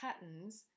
patterns